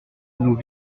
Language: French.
nous